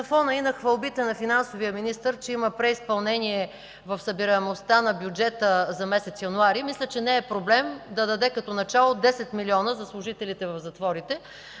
На фона и на хвалбите на финансовия министър, че има преизпълнение в събираемостта на бюджета за месец януари, мисля, че не е проблем да даде като начало 10 милиона за служителите в затворите,